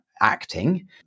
acting